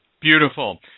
Beautiful